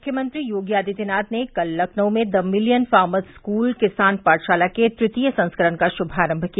मुख्यमंत्री योगी आदित्यनाथ ने कल लखनऊ में द मिलियन फार्मर्स स्कूल किसान पाठशाल के तृतीय संस्करण का शुभारम्भ किया